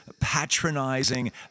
patronizing